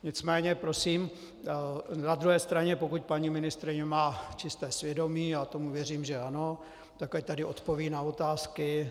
Nicméně prosím na druhé straně, pokud paní ministryně má čisté svědomí, a já věřím tomu, že ano, tak ať tady odpoví na otázky.